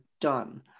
done